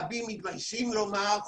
רבים מתביישים לומר,